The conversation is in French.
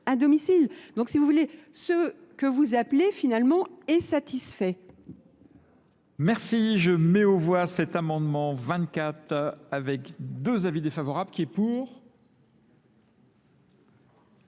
Donc si vous voulez, ce que vous appelez finalement est satisfait. Merci, je mets au voie cet amendement 24 avec deux avis défavorables qui est pour